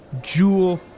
jewel